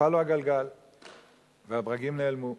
נפל לו הגלגל והברגים נעלמו.